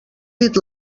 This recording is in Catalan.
dit